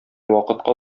вакытка